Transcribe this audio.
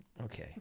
okay